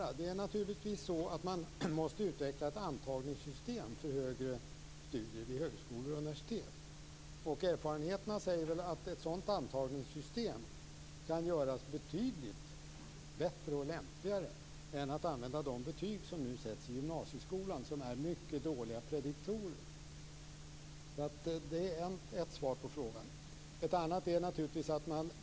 Ett antagningssystem måste utvecklas för högre studier vid högskolor och universitet. Erfarenheterna säger att ett sådant antagningssystem kan göras betydligt bättre och lämpligare än att använda de betyg som nu sätts i gymnasieskolan och som är mycket dåliga prediktorer. Det är ett svar på frågan.